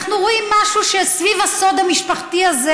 אנחנו רואים שסביב הסוד המשפחתי הזה